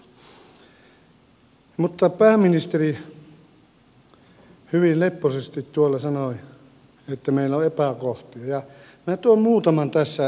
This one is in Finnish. pääministeri hyvin leppoisasti tuolla sanoi että meillä on epäkohtia ja minä tuon muutaman tässä omalta alaltani